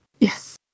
yes